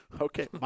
Okay